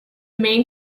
main